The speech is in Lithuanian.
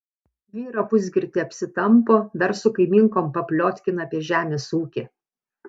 vyrą pusgirtį apsitampo dar su kaimynkom papliotkina apie žemės ūkį